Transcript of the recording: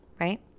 right